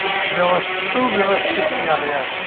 ब्यवस सुव्यवस्थित किया गया है